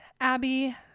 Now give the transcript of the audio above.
abby